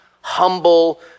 humble